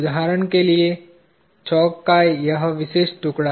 उदाहरण के लिए चाक का यह विशेष टुकड़ा